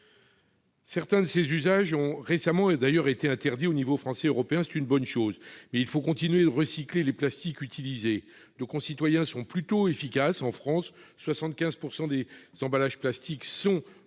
Certains de ses usages ont récemment, et d'ailleurs, été interdit au niveau français et européen, c'est une bonne chose mais il faut continuer de recycler les plastiques utilisés, nos concitoyens sont plutôt efficace en France 75 pourcent dès son emballage plastique sont collectés